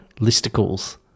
listicles